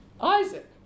Isaac